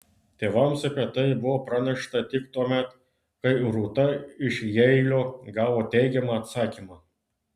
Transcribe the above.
tėvams apie tai buvo pranešta tik tuomet kai rūta iš jeilio gavo teigiamą atsakymą